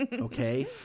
okay